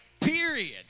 Period